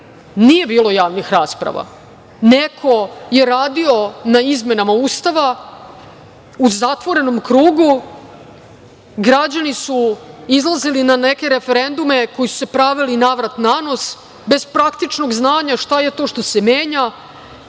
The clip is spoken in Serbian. nije bilo javnih rasprava, neko je radio na izmenama Ustava u zatvorenom krugu, građani su izlazili na neke referendume, koji su se pravili na vrat na nos, bez praktično, znanja šta je to što se menja.